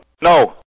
No